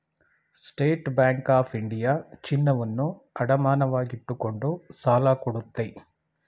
state bank of India ಚಿನ್ನವನ್ನು ಅಡಮಾನವಾಗಿಟ್ಟುಕೊಂಡು ಸಾಲ ಕೊಡುತ್ತೆ